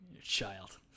child